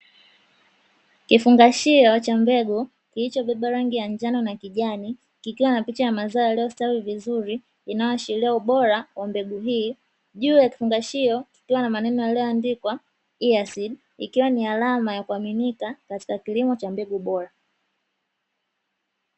Kifungashio cha mbegu kilichobeba rangi ya njano na kijani, kikiwa na picha ya mazao yaliyostawi vizuri, inayoashiria ubora wa mbegu hii. Juu ya kifungashio kukiwa na maneno yaliyoandikwa “EA Seed”, ikiwa ni alama ya kuaminika katika kilimo cha mbegu bora.